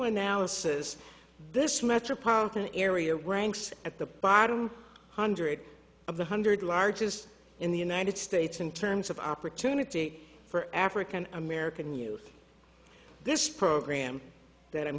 analysis this metropolitan area ranks at the bottom hundred of the hundred largest in the united states in terms of opportunity for african american youth this program that i'm